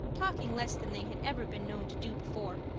talking less than they had ever been known to do before.